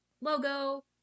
logo